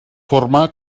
forma